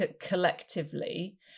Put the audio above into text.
collectively